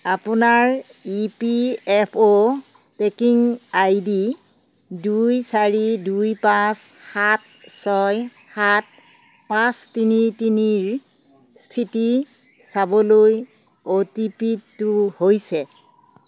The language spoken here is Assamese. আপোনাৰ E P F O tracking I D দুই চাৰি দুই পাঁচ সাত ছয় সাত পাঁচ তিনি তিনিৰ স্থিতি চাবলৈ অ' টি পি টো হৈছে